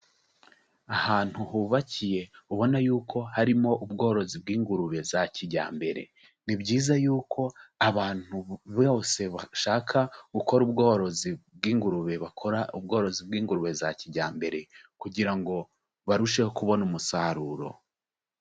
Ahantu hubakiye ubona yuko harimo ubworozi bw'ingurube za kijyambere, ni byiza yuko abantu bose bashaka gukora ubworozi bw'ingurube bakora ubworozi bw'ingurube za kijyambere kugira ngo barusheho kubona umusaruro.